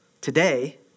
today